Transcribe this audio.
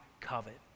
covet